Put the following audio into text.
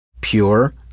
Pure